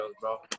bro